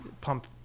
pump